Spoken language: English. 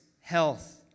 health